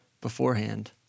beforehand